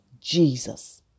Jesus